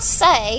say